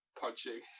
punching